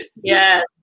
Yes